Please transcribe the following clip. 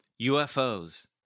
UFOs